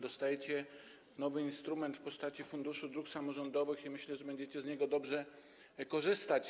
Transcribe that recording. Dostajecie nowy instrument w postaci Funduszu Dróg Samorządowych i myślę, że będziecie z niego dobrze korzystać.